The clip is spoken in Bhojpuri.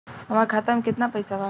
हमार खाता मे केतना पैसा बा?